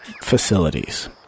facilities